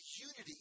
unity